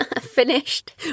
finished